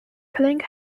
clink